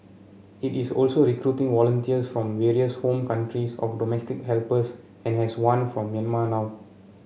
it is also recruiting volunteers from the various home countries of domestic helpers and has one from Myanmar now